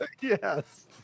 Yes